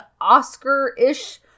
Oscar-ish